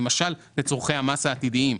לצורכי המס העתידיים,